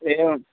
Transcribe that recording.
एवम्